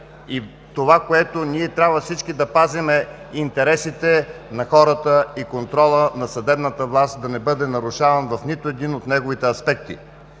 това, което ние трябва всички да пазим, са интересите на хората и контрола на съдебната власт да не бъде нарушаван в нито един от неговите аспекти.